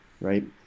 Right